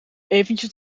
eventjes